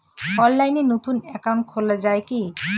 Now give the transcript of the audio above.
অনলাইনে নতুন একাউন্ট খোলা য়ায় কি?